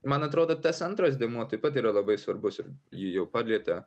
man atrodo tas antras dėmuo taip pat yra labai svarbus ir ji jau palietė